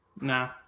Nah